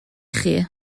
chi